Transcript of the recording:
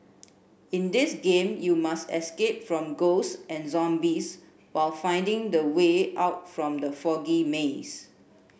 in this game you must escape from ghosts and zombies while finding the way out from the foggy maze